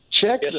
Check